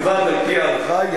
על-פי ההלכה בלבד,